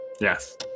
Yes